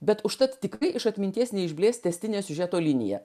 bet užtat tikrai iš atminties neišblės tęstinė siužeto linija